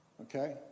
Okay